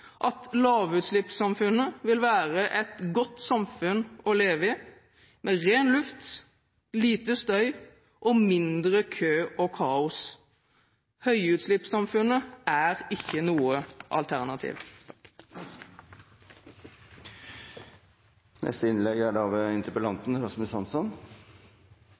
at lavutslippssamfunnet vil være et godt samfunn å leve i, med ren luft, lite støy og mindre kø og kaos. Høyutslippssamfunnet er ikke noe alternativ.